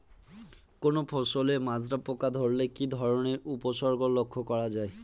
কোনো ফসলে মাজরা পোকা ধরলে কি ধরণের উপসর্গ লক্ষ্য করা যায়?